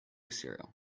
cereal